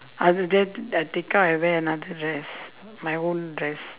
after that I take out and wear another dress my own dress